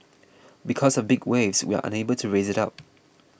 because of big waves we are unable to raise it up